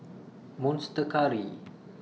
Monster Curry